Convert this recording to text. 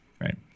Right